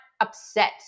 upset